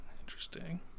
interesting